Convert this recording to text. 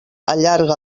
allarga